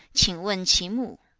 qing wen qi mu.